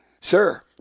sir